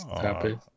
happy